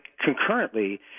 concurrently